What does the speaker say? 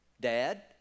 Dad